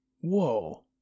Whoa